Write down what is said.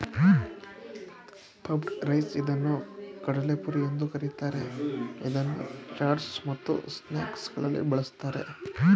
puffed rice ಇದನ್ನು ಕಡಲೆಪುರಿ ಎಂದು ಕರಿತಾರೆ, ಇದನ್ನು ಚಾಟ್ಸ್ ಮತ್ತು ಸ್ನಾಕ್ಸಗಳಲ್ಲಿ ಬಳ್ಸತ್ತರೆ